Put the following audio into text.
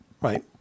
right